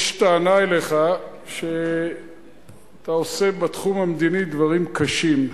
יש טענה אליך שאתה עושה בתחום המדיני דברים קשים.